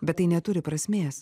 bet tai neturi prasmės